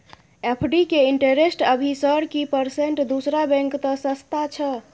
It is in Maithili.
एफ.डी के इंटेरेस्ट अभी सर की परसेंट दूसरा बैंक त सस्ता छः?